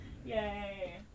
Yay